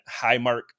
Highmark